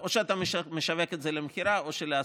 או שאתה משווק את זה למכירה או להשכרה.